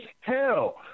hell